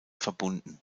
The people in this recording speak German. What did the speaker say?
verbunden